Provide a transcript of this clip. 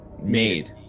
Made